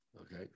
Okay